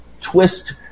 twist